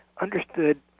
understood